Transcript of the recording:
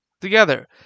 together